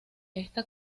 esta